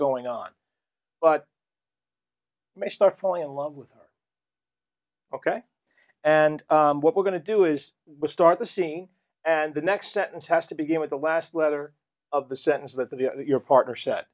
going on but may start falling in love with ok and what we're going to do is we'll start the scene and the next sentence has to begin with the last letter of the sentence that the your partner